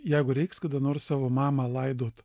jeigu reiks kada nors savo mamą laidot